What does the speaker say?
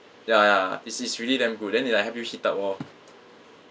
ya ya is is really damn good then they like help you heat up all